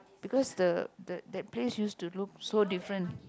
because the the that place used to look so different